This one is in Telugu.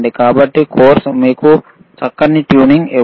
కాబట్టి కోర్సు మీకు ఈ చక్కని ట్యూనింగ్ ఇవ్వదు